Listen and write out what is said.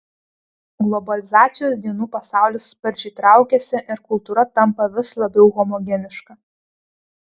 globalizacijos dienų pasaulis sparčiai traukiasi ir kultūra tampa vis labiau homogeniška